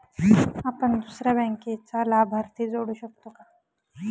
आपण दुसऱ्या बँकेचा लाभार्थी जोडू शकतो का?